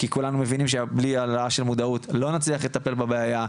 כי כולנו מבינים שבלי העלאה של מודעות לא נצליח לטפל בבעיה,